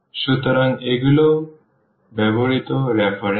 সুতরাং এগুলো ব্যবহৃত রেফারেন্স